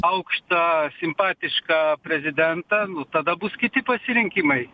aukštą simpatišką prezidentą nu tada bus kiti pasirinkimai